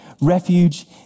refuge